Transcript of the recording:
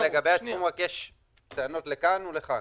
לגבי הסכום רק יש טענות לכאן או לכאן.